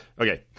Okay